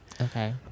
Okay